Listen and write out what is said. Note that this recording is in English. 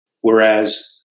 whereas